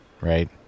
right